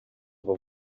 vou